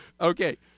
Okay